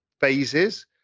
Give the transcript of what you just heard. phases